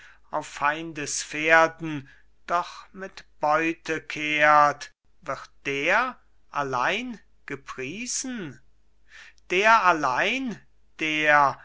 auf feindes pferden doch mit beute kehrt wird der allein gepriesen der allein der